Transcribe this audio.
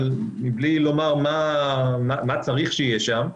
אבל מבלי לומר מה צריך שיהיה שם.